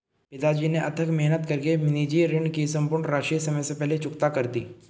पिताजी ने अथक मेहनत कर के निजी ऋण की सम्पूर्ण राशि समय से पहले चुकता कर दी